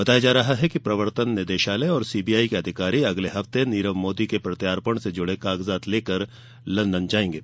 बताया जा रहा है कि प्रवर्तन निदेशालय और सीबीआई के अधिकारी अगले हफ्त नीरव मोर्दी के प्रत्यार्पण से जुड़े कागजात लेकर लंदन जायेंगे